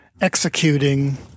executing